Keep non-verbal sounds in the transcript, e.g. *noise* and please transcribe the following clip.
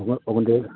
*unintelligible* আমাদের